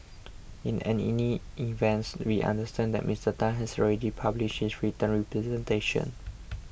in any events we understand that Mister Tan has already published his written representation